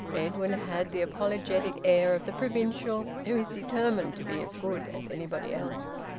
edwin had the apologetic air of the provincial who is determined to be as good as anybody else.